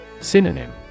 Synonym